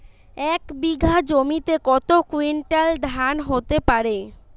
এক বিঘা জমিতে কত কুইন্টাল ধান হতে পারে?